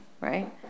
right